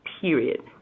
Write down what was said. period